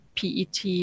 PET